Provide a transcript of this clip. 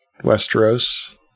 Westeros